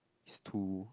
it's too